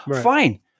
Fine